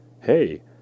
hey